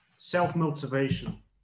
self-motivation